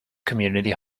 community